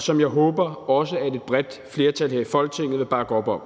som jeg håber at også et bredt flertal her i Folketinget vil bakke op om.